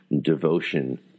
devotion